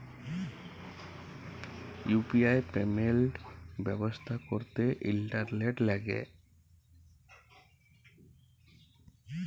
UPI payment ব্যবস্থা ক্যরতে internet ল্যাগে